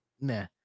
nah